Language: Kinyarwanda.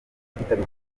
kwitabira